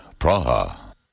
Praha. (